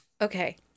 okay